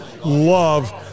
love